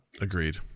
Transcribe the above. Agreed